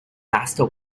master